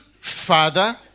Father